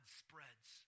spreads